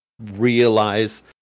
realize